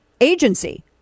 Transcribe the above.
agency